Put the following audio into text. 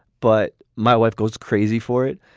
but my wife goes crazy for it.